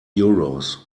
euros